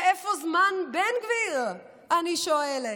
ואיפה זמן בן גביר, אני שואלת.